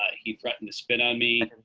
ah he threatened to spit on me.